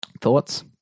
Thoughts